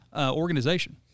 organization